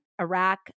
Iraq